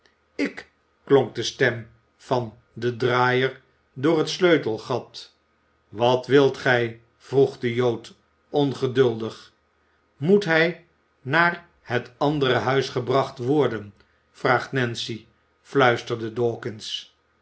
ik klonk de stem van den draaier door het sleutelgat wat wilt gij vroeg de jood ongeduldig moet hij naar het andere huis gebracht worden vraagt nancy fluisterde dawkins